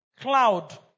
cloud